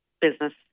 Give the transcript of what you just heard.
business